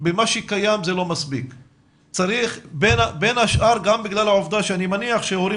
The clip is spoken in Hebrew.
ומה שקיים זה לא מספיק בין השאר גם בגלל העובדה שאני מניח שהורים